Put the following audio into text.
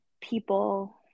people